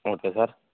okay sir